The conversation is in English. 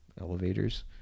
elevators